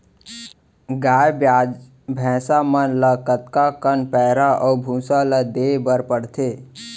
गाय ब्याज भैसा मन ल कतका कन पैरा अऊ भूसा ल देये बर पढ़थे?